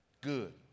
good